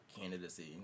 candidacy